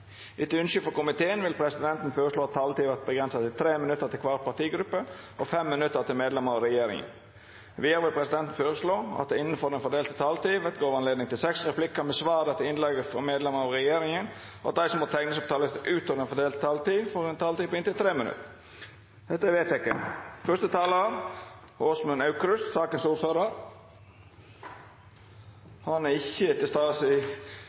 Etter ønske fra energi- og miljøkomiteen vil presidenten føreslå at taletida vert avgrensa til 3 minutt til kvar partigruppe og 5 minutt til medlemer av regjeringa. Vidare vil presidenten føreslå at det – innanfor den fordelte taletida – vert gjeve anledning til inntil seks replikkar med svar etter innlegg frå medlemer av regjeringa, og at dei som måtte teikna seg på talarlista utover den fordelte taletida, får ei taletid på inntil 3 minutt. – Det er vedteke. Første talar er Åsmund Aukrust, ordførar for saka. Han er ikkje til stades i